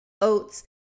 oats